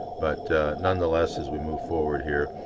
but nonetheless as we move forward here